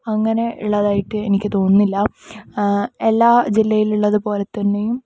അങ്ങനെ ഉള്ളതായിട്ട് എനിക്ക് തോന്നുന്നില്ല എല്ലാ ജില്ലയിലുള്ളത് പോലെ തന്നെ